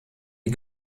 die